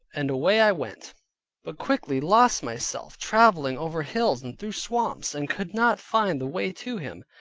and away i went but quickly lost myself, traveling over hills and through swamps, and could not find the way to him.